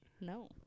No